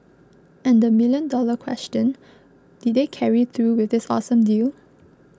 and the million dollar question did they carry through with this awesome deal